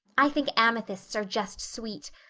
i think amethysts are just sweet.